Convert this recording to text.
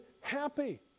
happy